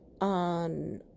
on